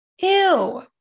ew